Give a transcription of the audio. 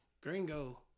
gringo